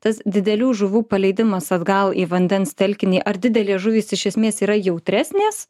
tas didelių žuvų paleidimas atgal į vandens telkinį ar didelės žuvys iš esmės yra jautresnės